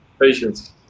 patience